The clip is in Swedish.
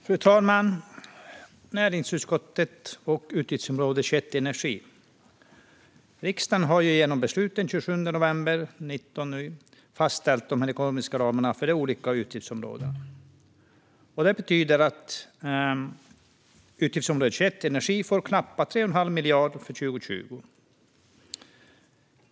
Fru talman! Riksdagen har genom beslut den 27 november 2019 fastställt de ekonomiska ramarna för de olika utgiftsområdena. Det betyder att utgiftsområde 21 Energi får knappa 3,5 miljarder kronor för 2020.